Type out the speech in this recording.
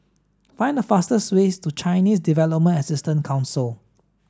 find the fastest way to Chinese Development Assistance Council